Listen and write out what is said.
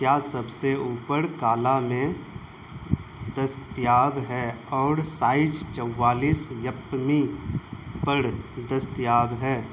کیا سب سے اوپر کالا میں دستیاب ہے اور سائج چوالیس یپ می پر دستیاب ہے